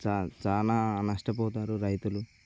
చాలా చాలా నష్టపోతారు రైతులు